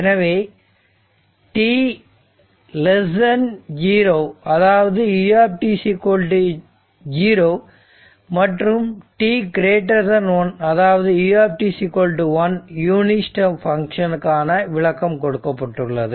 எனவே t0 அதாவது u 0 மற்றும் t1 அதாவது u 1 ஸ்டெப் யூனிட் பங்ஷனுக்கு ஆன விளக்கம் கொடுக்கப்பட்டுள்ளது